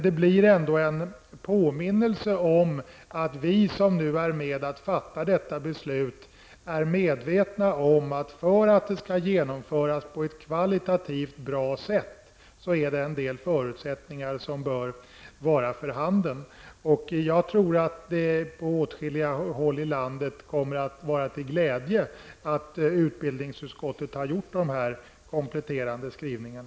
Det blir ändå en påminnelse om att vi som nu är med om att fatta detta beslut är medvetna om att för att det skall genomföras på ett kvalitativt bra sätt, är det en del förutsättningar som bör vara för handen. Jag tror att det på åtskilliga håll i landet kommer att vara till glädje att utbildningsutskottet har gjort de här kompletterande skrivningarna.